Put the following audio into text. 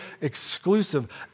exclusive